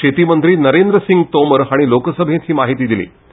शेती मंत्रु नरेंद्र सिंग तोमार हांणी लोकसभेंत हीमाहिती दिलीु